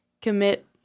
commit